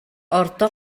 орто